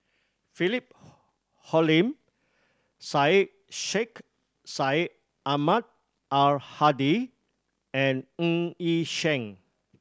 Philip Hoalim Syed Sheikh Syed Ahmad Al Hadi and Ng Yi Sheng